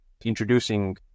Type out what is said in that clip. introducing